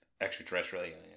extraterrestrial